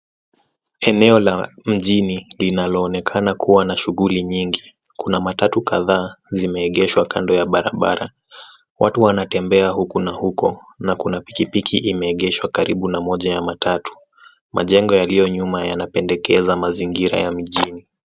Eneo la mjini linaloonekana kuwa shughuli nyingi. Kuna matatu kadhaa zimeegeshwa kando ya barabara. Watu wanatembea huku na huko na kuna pikipiki imeegeshwa karibu na moja ya matatu. Majengo yaliyo nyuma yanapendekeza mazingira ya mijini.